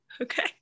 Okay